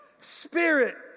Spirit